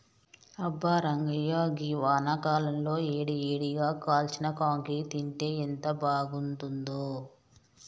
అబ్బా రంగాయ్య గీ వానాకాలంలో ఏడి ఏడిగా కాల్చిన కాంకి తింటే ఎంత బాగుంతుందో